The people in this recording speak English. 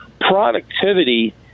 productivity